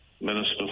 Minister